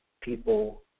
people